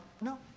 No